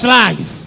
life